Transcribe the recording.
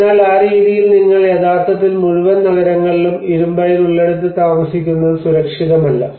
അതിനാൽ ആ രീതിയിൽ നിങ്ങൾ യഥാർത്ഥത്തിൽ മുഴുവൻ നഗരങ്ങളിലും ഇരുമ്പയിര് ഉള്ളിടത്ത് താമസിക്കുന്നത് സുരക്ഷിതമല്ല